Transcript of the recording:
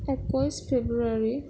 একৈছ ফ্ৰেব্ৰুৱাৰী